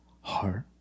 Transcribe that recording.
heart